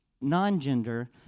non-gender